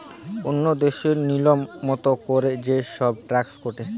ওন্য দেশে লিয়ম মত কোরে যে সব ট্যাক্স কাটে